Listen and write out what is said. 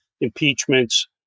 impeachments